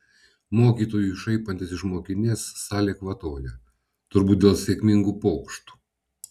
mokytojui šaipantis iš mokinės salė kvatoja turbūt dėl sėkmingų pokštų